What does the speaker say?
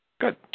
Good